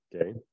Okay